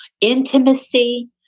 intimacy